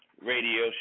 Radio